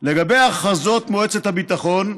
לגבי הכרזות מועצת הביטחון,